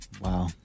Wow